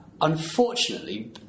Unfortunately